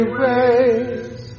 raise